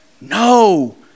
No